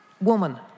woman